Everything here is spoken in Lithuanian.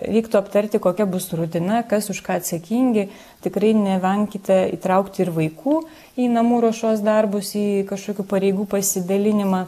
reiktų aptarti kokia bus rutina kas už ką atsakingi tikrai nevenkite įtraukti ir vaikų į namų ruošos darbus į kažkokių pareigų pasidalinimą